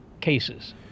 cases